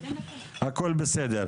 הכל בסדר.